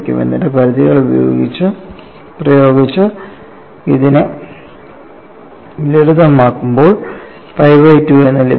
എന്നിട്ട് പരിധികൾ പ്രയോഗിച്ച് ഇതിനെ ലളിതം ആകുമ്പോൾ pi ബൈ 2 എന്ന് ലഭിക്കും